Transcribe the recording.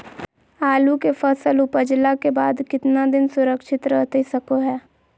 आलू के फसल उपजला के बाद कितना दिन सुरक्षित रहतई सको हय?